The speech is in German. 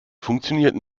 funktioniert